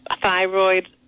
thyroid